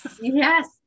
Yes